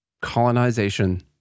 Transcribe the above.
colonization